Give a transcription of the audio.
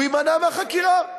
הוא יימנע מהחקירה.